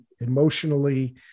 emotionally